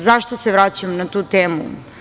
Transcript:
Zašto se vraćam na tu temu?